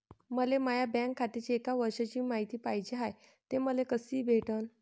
मले माया बँक खात्याची एक वर्षाची मायती पाहिजे हाय, ते मले कसी भेटनं?